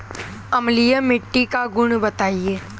अम्लीय मिट्टी का गुण बताइये